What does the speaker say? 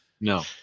No